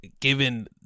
given